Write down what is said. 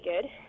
good